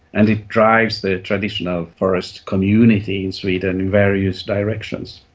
and it drives the traditional forest community in sweden in various directions.